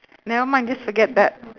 nevermind just forget that